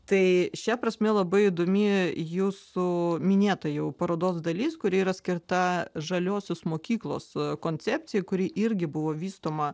tai šia prasme labai įdomi jūsų minėta jau parodos dalis kuri yra skirta žaliosios mokyklos koncepcijai kuri irgi buvo vystoma